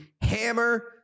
hammer